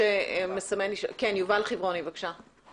יובל חיורוני, בבקשה.